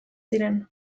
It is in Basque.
ziren